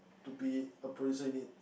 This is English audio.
to be a producer in it